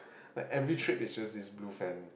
like every trip is just blue fan